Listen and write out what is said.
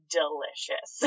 delicious